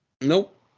Nope